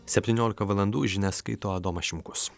septyniolika valandų žinias skaito adomas šimkus